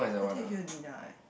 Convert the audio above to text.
I think he'll dinner eh